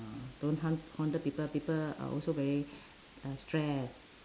don't hunt haunted people people uh also very uh stress